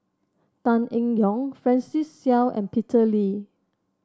Tan Eng Yoon Francis Seow and Peter Lee